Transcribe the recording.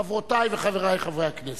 חברותי וחברי חברי הכנסת,